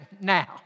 now